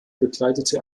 bekleidete